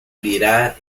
virar